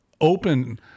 open